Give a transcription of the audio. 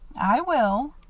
i will,